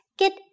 get